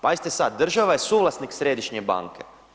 Pazite sad, država je suvlasnik središnje banke.